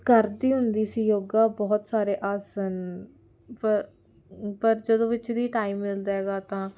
ਕਰਦੀ ਹੁੰਦੀ ਸੀ ਯੋਗਾ ਬਹੁਤ ਸਾਰੇ ਆਸਨ ਪ ਪਰ ਜਦੋਂ ਵਿੱਚ ਦੀ ਟਾਈਮ ਮਿਲਦਾ ਹੈਗਾ ਤਾਂ